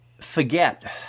forget